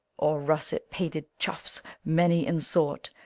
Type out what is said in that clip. or russet-pated choughs, many in sort,